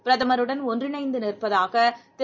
பிரதமருடன் ஒன்றிணைந்துநிற்பதாகதிரு